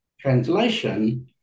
translation